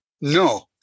No